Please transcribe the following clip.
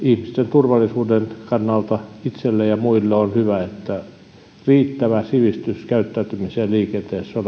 turvallisuuden kannalta itselle ja muille on hyvä ja aivan välttämätöntä riittävä sivistys käyttäytymiseen liikenteessä